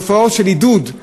תופעות של עידוד.